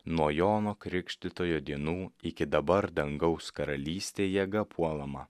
nuo jono krikštytojo dienų iki dabar dangaus karalystė jėga puolama